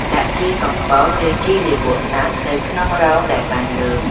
ដាក់ ជីកំប៉ុស្ត ឬ ជីលាមកសត្វ ទៅក្នុងរងដែលបានលើក។